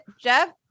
Jeff